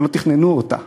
שלא תכננו לה,